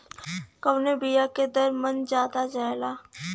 कवने बिया के दर मन ज्यादा जाला?